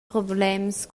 problems